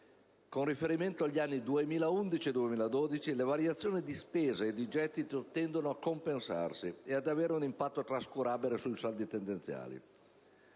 con riferimento agli 2011 e 2012, le variazioni di spesa e di gettito tendono a compensarsi e ad avere un impatto trascurabile sui saldi tendenziali.